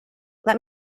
let